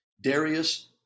Darius